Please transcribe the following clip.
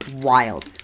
wild